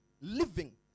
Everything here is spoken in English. living